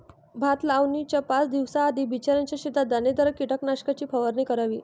भात लावणीच्या पाच दिवस आधी बिचऱ्याच्या शेतात दाणेदार कीटकनाशकाची फवारणी करावी